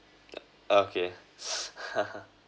yeah okay